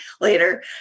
later